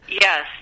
yes